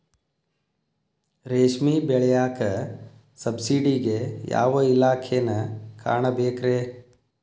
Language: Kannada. ರೇಷ್ಮಿ ಬೆಳಿಯಾಕ ಸಬ್ಸಿಡಿಗೆ ಯಾವ ಇಲಾಖೆನ ಕಾಣಬೇಕ್ರೇ?